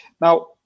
Now